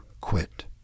quit